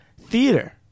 theater